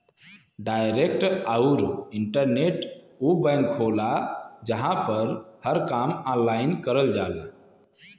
direct आउर internet उ bank होला जहां पर हर काम ऑनलाइन करल जाला